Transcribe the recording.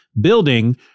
building